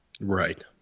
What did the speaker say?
Right